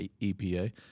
EPA